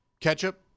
ketchup